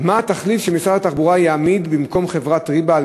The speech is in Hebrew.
מה התחליף שמשרד התחבורה יעמיד במקום חברת "ריבה"